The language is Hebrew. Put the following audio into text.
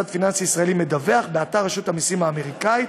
יירשם כמוסד פיננסי-ישראלי-מדווח באתר רשות המסים האמריקנית,